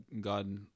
God